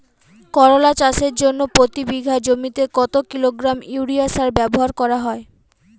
করলা চাষের জন্য প্রতি বিঘা জমিতে কত কিলোগ্রাম ইউরিয়া সার ব্যবহার করা হয়?